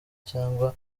cyangwa